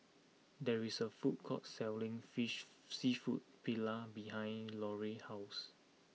there is a food court selling fish Seafood Paella behind Larae's house